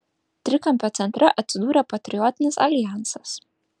trikampio centre atsidūrė patriotinis aljansas